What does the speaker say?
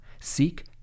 Seek